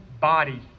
body